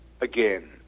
again